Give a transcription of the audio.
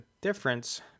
difference